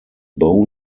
bone